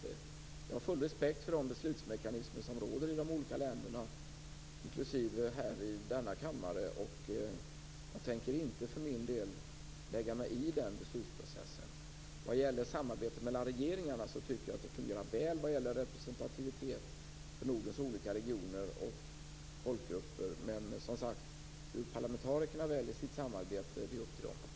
Jag har full respekt för de beslutsmekanismer som råder i de olika länderna inklusive här i denna kammare. Jag tänker inte för min del lägga mig i den beslutsprocessen. Vad gäller samarbetet mellan regeringarna tycker jag att det fungerar väl vad gäller representativitet för Nordens olika regioner och folkgrupper. Men hur parlamentarikerna väljer sitt samarbete är upp till dem.